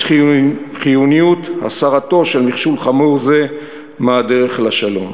חיוניות הסרתו של מכשול חמור זה מהדרך לשלום.